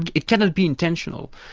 and it cannot be intentional.